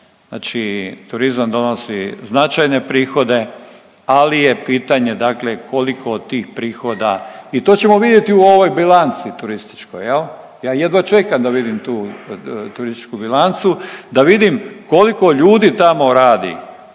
Znači turizam donosi značajne prihode, ali je pitanje koliko od tih prihoda i to ćemo vidjeti u ovoj bilanci turističkoj jel, ja jedva čekam da vidim tu turističku bilancu, da vidim koliko ljudi tamo radi